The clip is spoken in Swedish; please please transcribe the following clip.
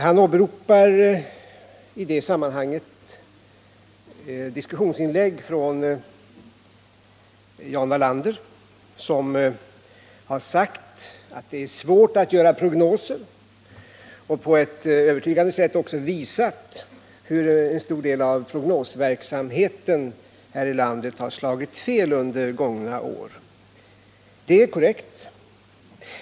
Han åberopade i det sammanhanget diskussionslägg från Jan Wallander, som har sagt att det är svårt att göra prognoser och som också på ett övertygande sätt visat att en stor del av prognosverksamheten här i landet under gångna år slagit fel. Det är korrekt.